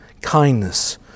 kindness